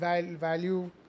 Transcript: value